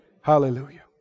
Hallelujah